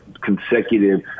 consecutive